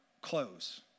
clothes